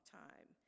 time